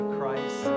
Christ